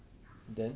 then